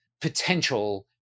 potential